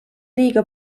liiga